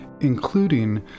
including